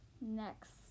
Next